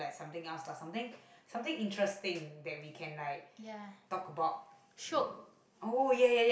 ya shiok